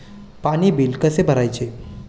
पाणी बिल कसे भरायचे?